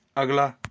ਅਗਲਾ